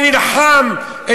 אני נלחם,